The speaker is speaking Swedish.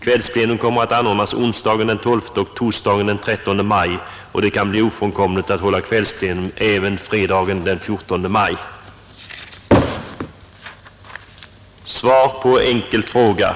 Kvällsplenum kommer att anordnas onsdagen den 12 och torsdagen den 13 maj, och det kan bli ofrånkomligt att hålla kvällsplenum även fredagen den 14 maj.